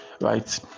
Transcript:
right